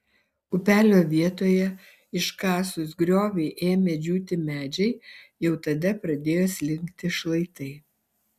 upelio vietoje iškasus griovį ėmė džiūti medžiai jau tada pradėjo slinkti šlaitai